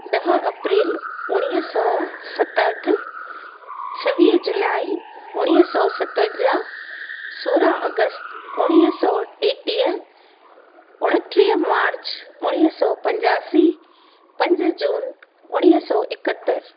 ॾह अप्रैल उणीअ सौ सतहठ छवीह जुलाई उणिवीह सतवंजा्हु सोरहां अगस्त उणिवीह सौ टेटीह उणटीह मार्च उणिवीह सौ पंजासी पंज जून उणिवीह सौ एकहतर